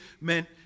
meant